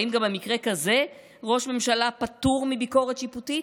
האם גם במקרה כזה ראש ממשלה פטור מביקורת שיפוטית?